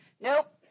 Nope